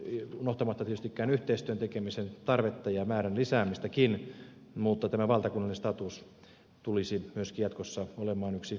ilman unohtamatta tietystikään yhteistyön tekemisen tarvetta ja määrän lisäämistäkin mutta tämä valtakunnallinen status tulisi myöskin jatkossa olemaan yksi selkeä asia